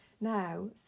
now